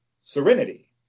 Serenity